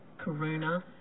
Karuna